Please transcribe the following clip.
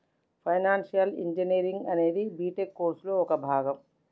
financial engineering అనేది BTech కోర్సులో ఒక భాగం